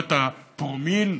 ברמת הפרומיל,